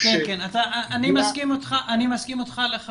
אני לחלוטין מסכים אתך.